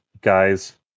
guys